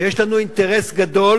ויש לנו אינטרס גדול,